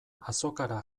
azokara